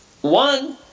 One